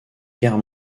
guerre